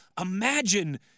imagine